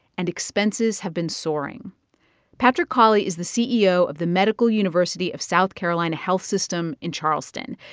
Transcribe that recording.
and expenses have been soaring patrick cawley is the ceo of the medical university of south carolina health system in charleston.